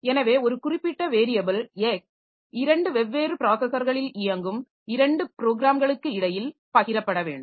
எனவே ஒரு குறிப்பிட்ட வேரியபில் X இரண்டு வெவ்வேறு ப்ராஸஸர்களில் இயங்கும் இரண்டு ப்ரோக்ராம்களுக்கு இடையில் பகிரப்பட வேண்டும்